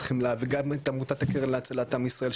חמלה וגם את עמותת הקרן להצלת עם ישראל,